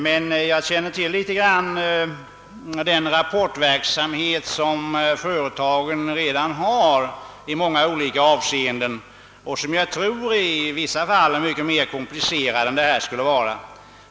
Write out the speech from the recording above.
Jag känner emellertid till litet grand om den rapportverksamhet i många olika avseenden som redan åligger företagen och som jag tror i vissa fall är mycket mer komplicerad än detta skulle vara.